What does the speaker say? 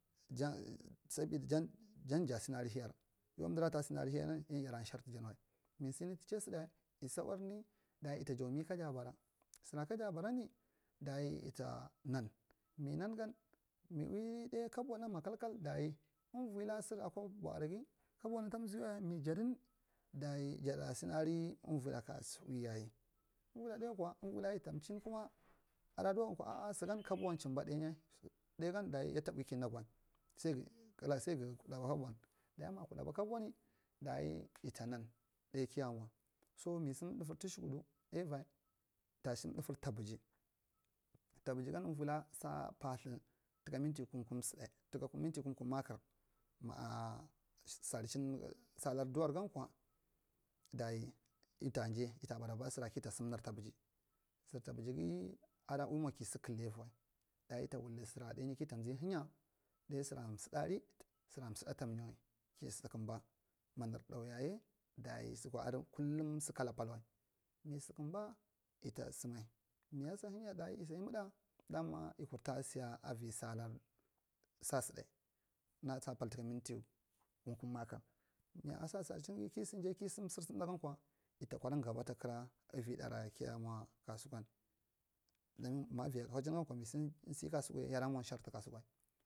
Jan sabi jan jaanari heyar yau amdira tahnari neyaran yada shan tuka sawai mi sini tv chai aɗa yi thaularni dayi yita jaw mi kaya bara sira kada barani daji yida nan me nangan mi ui dai kabunan ma kalkal dayi uvila ser akwa arage kabun ta zee wai mi jadan, jada singri uvira kasi ui yayi, uri daigankwa uvila yida iche kuma ada diwa gankwa a a sigan kabun yita ui ki nagwal. Sai gu sungu baraba kabun dayi ma baraba kabuni dayi yata nan ɗai kiya mwa. So mi sam ɗaise tushakuɗu avi sam daifer taɓuja, taɓuja gan uvila sa pathu sa tuka minti kum- kun sada, tuka minti kum- kum- marar ma a sarichin salare duwar gankwa dayi ita jai ifa baraba sira kita sam nur taɓuja, nu tabajage ada ui mwa kisi kdidi avi wai daya ita wuldi sira ɗainyi kita hanya daya sora mseaari, seri mseda ta miyawai ki kudumba ma nur ɗai yayi dayi sukwa adi kullum si kala pal wal mi sukumba ita sama miya sa hanya dashe yi sa yimiɗa dama yi kurta siya avi sala saa. Saɗa na saa pal tuka mindi kumkum makar ma asa sarichingi ki si ki sdm ser sdmɗai gankwa yita kwaɗai gaba takara uriɗara ki mwa kasukun don ma uviya kwachin ga nava misi, ma kasukunya yida mwa shar tukanwai.